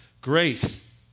grace